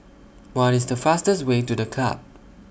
What IS The fastest Way to The Club